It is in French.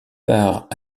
part